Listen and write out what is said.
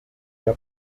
der